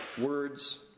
words